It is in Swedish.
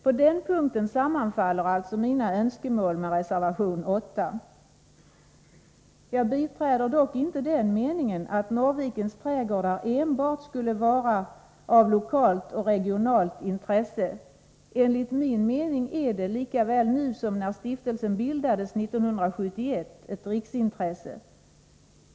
På den punkten sammanfaller mina önskemål med reservation 8. Jag biträder dock inte den meningen att Norrvikens trädgårdar enbart skulle ha lokalt och regionalt intresse. Enligt min mening är de nu, lika väl som när stiftelsen bildades 1971, ett riksintresse.